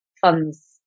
funds